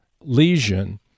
lesion